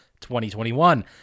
2021